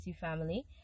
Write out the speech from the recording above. family